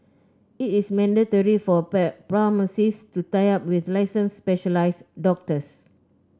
it is mandatory for pharmacies to tie up with licensed specialised doctors